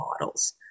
models